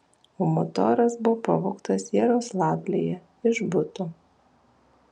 o motoras buvo pavogtas jaroslavlyje iš buto